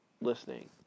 listening